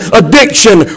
addiction